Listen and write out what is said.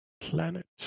Planet